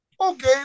Okay